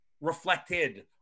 reflected